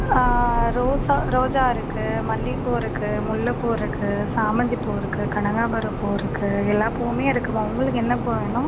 ஆ ரோசா ரோஜா இருக்கு மல்லிப்பூ இருக்கு முல்லைப்பூ இருக்கு சாமந்திப்பூ இருக்கு கனகாம்பரப்பூ இருக்கு எல்லா பூவுமே இருக்கும்மா உங்களுக்கு என்ன பூ வேணும்